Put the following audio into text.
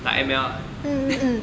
打 M_L ah